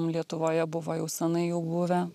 lietuvoje buvo jau senai jau buvę